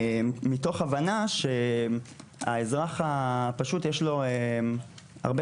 כל זה מתוך הבנה שלאזרח הפשוט יש הרבה